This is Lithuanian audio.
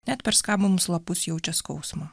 net per skabomus lapus jaučia skausmą